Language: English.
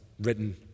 written